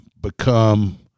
become